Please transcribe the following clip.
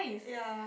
ya